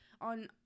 on